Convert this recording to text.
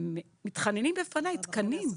הם מתחננים בפניי לתקנים.